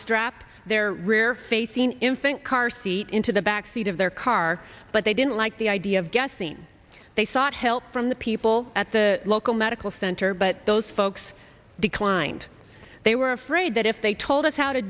strap their rear facing him think car seat into the back seat of their car but they didn't like the idea of guessing they sought help from the people at the local medical center but those folks declined they were afraid that if they told us how to